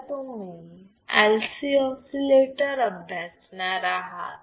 आता तुम्ही LC oscillator अभ्यासणार आहात